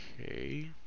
Okay